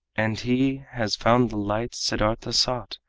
and he has found the light siddartha sought!